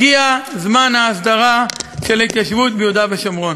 הגיע זמן ההסדרה של ההתיישבות ביהודה ושומרון.